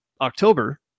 October